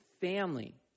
family